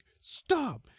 stop